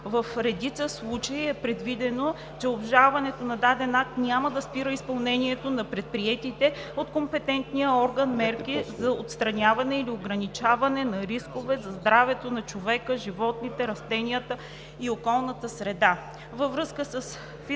В редица случаи е предвидено, че обжалването на даден акт няма да спира изпълнението на предприетите от компетентния орган мерки за отстраняване или ограничаване на рискове за здравето на човека, животните, растенията и околната среда.